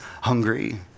hungry